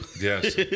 Yes